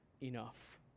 enough